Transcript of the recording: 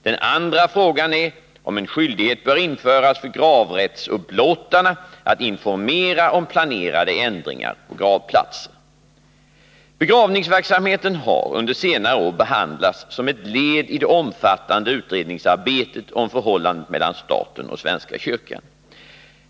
Den andra frågan är om en skyldighet bör införas för gravrättsupplåtarna att informera om planerade ändringar på gravplatser. Begravningsverksamheten har under senare år behandlats som ett led i det omfattande utredningsarbetet om förhållandet mellan staten och svenska kyrkan.